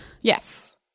Yes